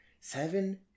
Seven